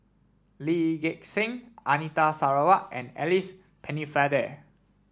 Lee Gek Seng Anita Sarawak and Alice Pennefather